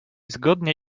zgodnie